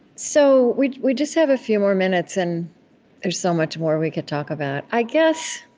so we we just have a few more minutes, and there's so much more we could talk about. i guess